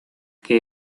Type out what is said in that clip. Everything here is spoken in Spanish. que